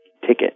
ticket